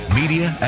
media